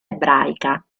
ebraica